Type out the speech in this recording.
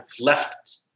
left